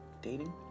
dating